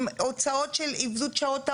עם הוצאות של איבוד שעות עבודה.